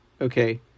okay